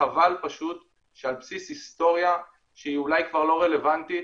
וחבל פשוט שעל בסיס היסטוריה שהיא אולי כבר לא רלוונטית,